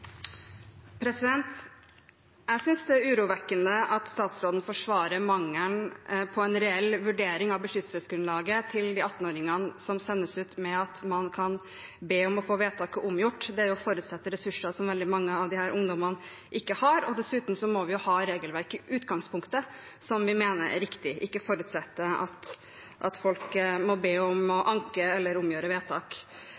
urovekkende at statsråden forsvarer mangelen på en reell vurdering av beskyttelsesgrunnlaget til de 18-åringene som sendes ut, med at man kan be om å få vedtaket omgjort. Det forutsetter ressurser som veldig mange av disse ungdommene ikke har. Dessuten må vi ha et regelverk i utgangspunktet som vi mener er riktig, ikke forutsette at folk må anke eller få omgjort vedtak. Da jeg ved redegjørelsen fra innvandrings- og integreringsministeren i forrige uke ba om